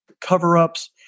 cover-ups